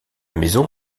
maison